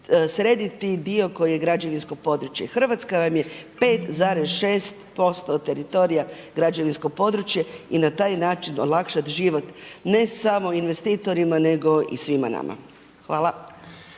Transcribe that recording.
Srediti dio koji je građevinsko područje. Hrvatska vam je 5,6% teritorija građevinsko područje i na taj način olakšati život ne samo investitorima nego i svima nama. Hvala.